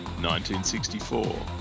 1964